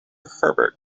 herbert